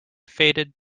faded